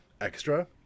extra